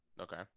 okay